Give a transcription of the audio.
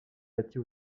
bâtie